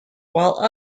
while